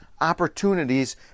opportunities